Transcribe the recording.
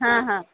हां हां